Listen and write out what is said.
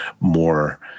more